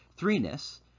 threeness